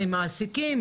ממעסיקים,